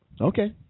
Okay